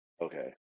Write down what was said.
Okay